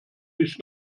nicht